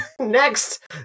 Next